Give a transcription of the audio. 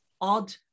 odd